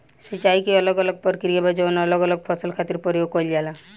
सिंचाई के अलग अलग प्रक्रिया बा जवन अलग अलग फसल खातिर प्रयोग कईल जाला